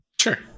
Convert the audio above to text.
sure